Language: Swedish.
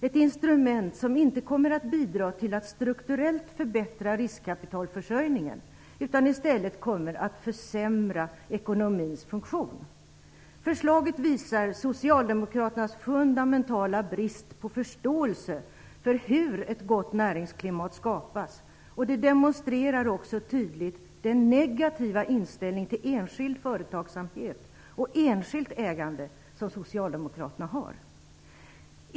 Ett instrument som inte kommer att bidra till att strukturellt förbättra riskkapitalförsörjningen utan i stället kommer att försämra ekonomins funktion. Förslaget visar Socialdemokraternas fundamentala brist på förståelse för hur ett gott näringsklimat skapas, och det demonstrerar också tydligt den negativa inställning till enskild företagsamhet och enskilt ägande som Socialdemokraterna har.